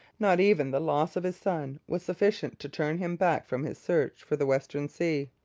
not even the loss of his son was sufficient to turn him back from his search for the western sea.